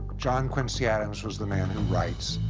john quincy adams was the man who writes.